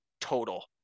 total